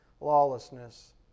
lawlessness